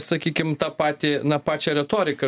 sakykim tą patį na pačią retoriką